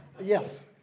Yes